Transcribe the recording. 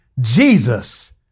Jesus